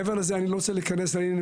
מעבר לזה אני לא רוצה להיכנס לעניינים